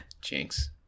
Jinx